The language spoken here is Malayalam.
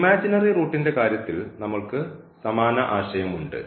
ഇമാജിനറി റൂട്ടിന്റെ കാര്യത്തിൽ നമ്മൾക്ക് സമാന ആശയം ഉണ്ട്